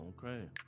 okay